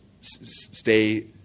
stay